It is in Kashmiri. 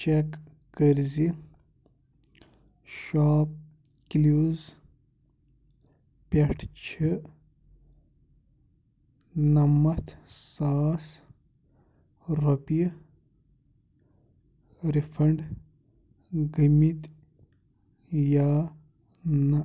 چیک کٔرۍ زِ شاپ کٕلوز پٮ۪ٹھ چھِ نمتھ ساس رۄپیہِ رِفنڈ گٔمٕتۍ یا نَہ